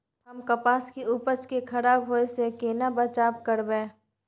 हम कपास के उपज के खराब होय से केना बचाव करबै?